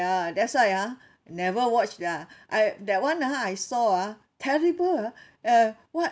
ya that's why ah never watch lah I that [one] ah I saw ah terrible ah uh what